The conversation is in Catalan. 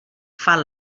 fan